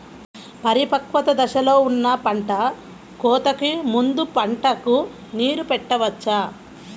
పరిపక్వత దశలో ఉన్న పంట కోతకు ముందు పంటకు నీరు పెట్టవచ్చా?